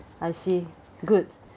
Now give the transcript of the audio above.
I see good